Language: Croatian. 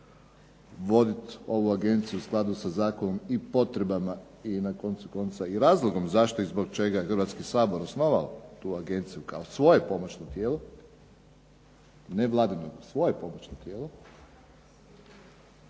voditi ovu agenciju u skladu sa zakonom i potrebama i na koncu konca razlogom zašto i zbog čega Hrvatski sabor osnovao tu agenciju kao svoje pomoćno tijelo, ne vladino, nego svoje pomoćno tijelo,